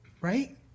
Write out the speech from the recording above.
right